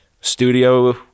studio